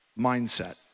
Mindset